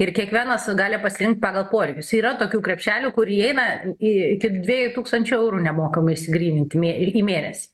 ir kiekvienas gali pasirinkt pagal poreikius yra tokių krepšelių kur įeina į iki dvejų tūkstančių eurų nemokamai išsigrynint į ir į mėnesį